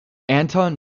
anton